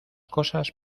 cosas